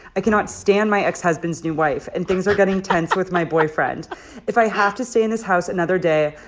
i cannot stand my ex-husband's new wife, and things are getting tense with my boyfriend if i have to stay in this house another day,